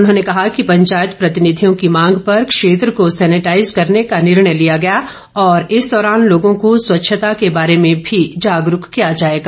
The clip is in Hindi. उन्होंने कहा कि पंचायत प्रतिनिधियों की मांग पर क्षेत्र को सैनिटाईज करने का निर्णय लिया गया और इस दौरान लोगों को स्वच्छता के बारे में भी जागरूक किया जाएगा